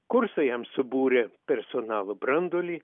kursai jam subūrė personalo branduolį